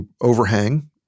overhang